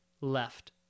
left